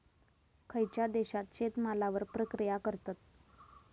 खयच्या देशात शेतमालावर प्रक्रिया करतत?